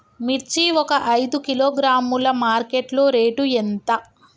మిర్చి ఒక ఐదు కిలోగ్రాముల మార్కెట్ లో రేటు ఎంత?